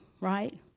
right